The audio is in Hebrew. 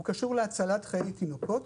הוא קשור להצלת חיי תינוקות,